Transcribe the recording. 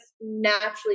naturally